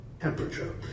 temperature